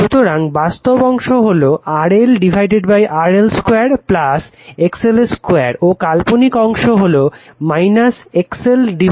সুতরাং বাস্তব অংশ হলো RLRL 2 XL 2 ও কাল্পনিক অংশ হলো XLRL XL2